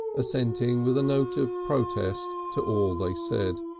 assenting with a note of protest to all they said.